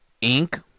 Ink